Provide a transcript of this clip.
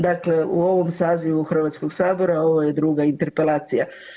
Dakle, u ovom sazivu Hrvatskog sabora ovo je druga interpelacija.